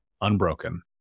unbroken